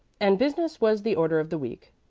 and business was the order of the week.